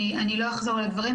אני לא אחזור על הדברים,